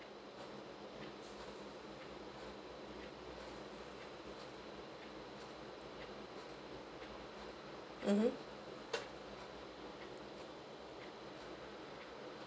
mmhmm